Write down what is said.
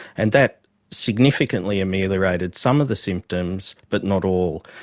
and that significantly ameliorated some of the symptoms but not all.